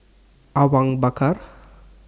Awang Bakar